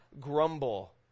Grumble